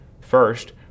first